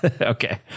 Okay